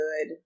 good